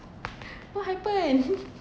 what happen